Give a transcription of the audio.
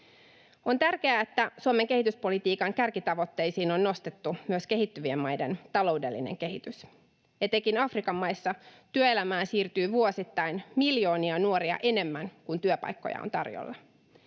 On tärkeää, että Suomen kehityspolitiikan kärkitavoitteisiin on nostettu myös kehittyvien maiden taloudellinen kehitys. Etenkin Afrikan maissa työelämään siirtyy vuosittain miljoonia nuoria enemmän kuin työpaikkoja on tarjolla.